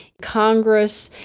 congress,